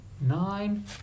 nine